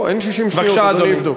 לא, אין 60 שניות, אדוני יבדוק.